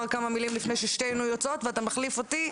כמה מילים לפני ששתינו יוצאות ותחליף אותי.